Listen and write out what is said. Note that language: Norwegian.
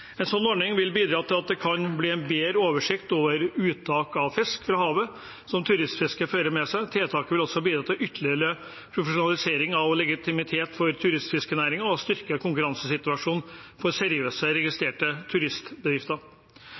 En sånn ordning vil bidra til at det kan bli en bedre oversikt over uttaket av fisk fra havet som turistfisket fører med seg. Tiltaket vil også bidra til ytterligere profesjonalisering og legitimitet for turistfiskenæringen og styrke konkurransesituasjonen for seriøse, registrerte turistbedrifter.